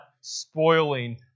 spoiling